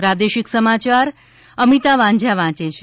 પ્રાદેશિક સમાચાર અમિતા વાઝાં વાંચ છે